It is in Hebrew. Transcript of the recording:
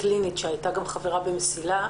קלינית שהיתה גם חברה ב"מסילה".